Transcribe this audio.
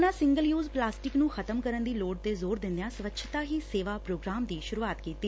ਉਨ੍ਹਾਂ single use plastic ਨੂੰ ਖ਼ਤਮ ਕਰਨ ਦੀ ਲੋੜ ਤੇ ਜ਼ੋਰ ਦਿੰਦਿਆਂ ਸਵੱਛਤਾ ਹੀ ਸੇਵਾ ਪ੍ਰੋਗਰਾਮ ਦੀ ਸੁਰੂਆਤ ਕੀਤੀ